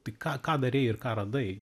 tai ką ką darei ir ką radai